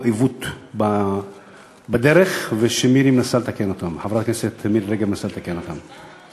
עיוות בדרך וחברת הכנסת מירי רגב מנסה לתקן אותם.